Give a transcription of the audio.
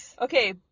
Okay